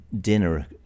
dinner